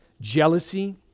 jealousy